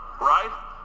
right